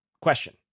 Question